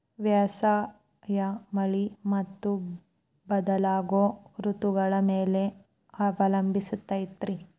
ವ್ಯವಸಾಯ ಮಳಿ ಮತ್ತು ಬದಲಾಗೋ ಋತುಗಳ ಮ್ಯಾಲೆ ಅವಲಂಬಿಸೈತ್ರಿ